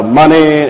money